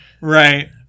Right